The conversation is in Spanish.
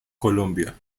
colombia